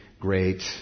great